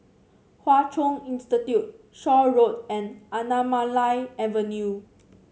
Hwa Chong Institution Shaw Road and Anamalai Avenue